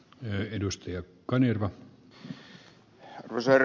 arvoisa herra puhemies